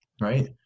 Right